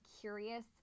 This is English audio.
curious